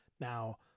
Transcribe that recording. now